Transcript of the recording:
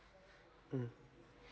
mm